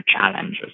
challenges